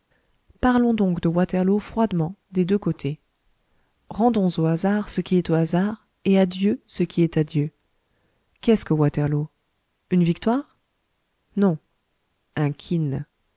parlons donc de waterloo froidement des deux côtés rendons au hasard ce qui est au hasard et à dieu ce qui est à dieu qu'est-ce que waterloo une victoire non un